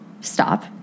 stop